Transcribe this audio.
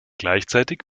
gleichzeitig